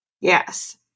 Yes